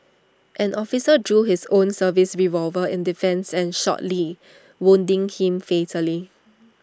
an officer drew his own service revolver in defence and shot lee wounding him fatally